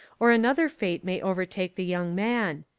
or another fate may overtake the young man.